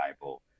bible